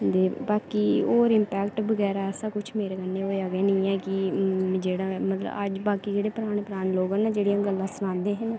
ते बाकी होर इम्पैक्ट बगैरा ऐसा किश मेरे कन्नै होएआ निं ऐ कि जेह्ड़ा मतलब अज्ज बाकी जेह्ड़े पराने पराने लोक ना जेह्ड़ियां गल्लां सनांदे हे ना